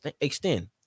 extend